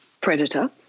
Predator